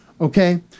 Okay